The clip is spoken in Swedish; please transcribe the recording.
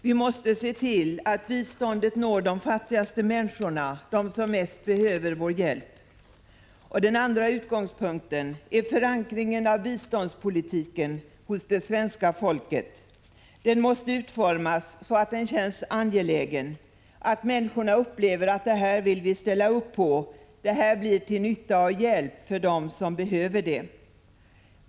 Vi måste se till att biståndet når de fattigaste människorna, de som mest behöver vår hjälp. Den andra utgångspunkten är förankringen av biståndspolitiken hos det svenska folket. Den måste vara så utformad att den känns angelägen, att människorna upplever att det här vill vi ställa upp på, det här blir till nytta och hjälp för dem som behöver det.